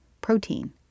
protein